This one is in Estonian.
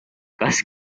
kas